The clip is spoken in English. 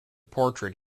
portrait